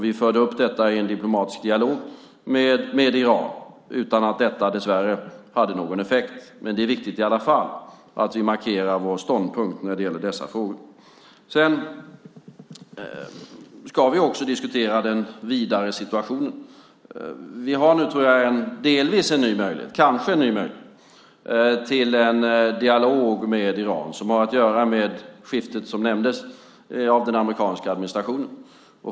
Vi förde upp detta i en diplomatisk dialog med Iran, dessvärre utan att detta hade någon effekt. Men det är viktigt i alla fall att vi markerar vår ståndpunkt när det gäller dessa frågor. Sedan ska vi också diskutera den vidare situationen. Vi har nu, tror jag, kanske delvis en ny möjlighet till en dialog med Iran som har att göra med skiftet, som nämndes, av den amerikanska administrationen.